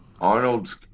Arnold's